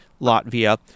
latvia